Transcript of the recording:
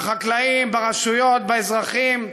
בחקלאים, ברשויות, באזרחים,